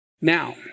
Now